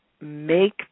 make